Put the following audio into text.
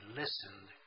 listened